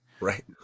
Right